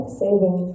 saving